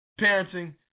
parenting